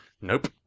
Nope